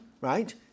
right